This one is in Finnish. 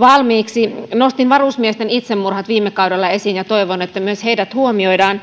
valmiiksi nostin varusmiesten itsemurhat viime kaudella esiin ja toivon että myös heidät huomioidaan